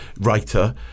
writer